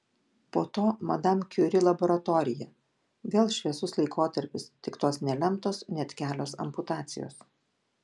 po to madam kiuri laboratorija vėl šviesus laikotarpis tik tos nelemtos net kelios amputacijos